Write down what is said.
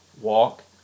walk